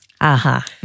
Aha